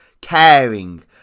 caring